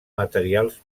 materials